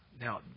Now